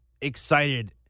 excited